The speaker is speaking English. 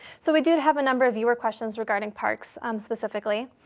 so we did have a number of viewer questions regarding parks um specifically.